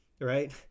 right